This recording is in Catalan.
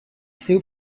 seu